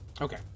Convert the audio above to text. Okay